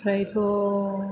ओमफ्रायथ'